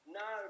no